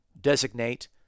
designate